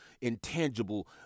intangible